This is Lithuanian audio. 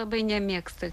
labai nemėgsta